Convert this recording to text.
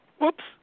whoops